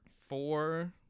four